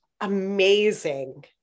amazing